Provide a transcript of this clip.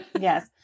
Yes